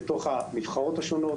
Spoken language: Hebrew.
בתוך הנבחרות השונות,